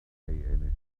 pay